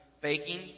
baking